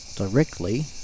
Directly